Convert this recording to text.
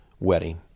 wedding